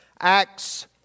Acts